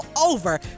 over